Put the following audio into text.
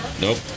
nope